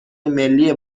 ملی